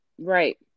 right